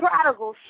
Prodigal